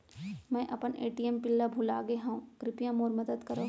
मै अपन ATM PIN ला भूलागे हव, कृपया मोर मदद करव